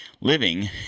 living